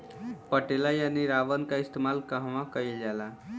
पटेला या निरावन का इस्तेमाल कहवा कइल जाला?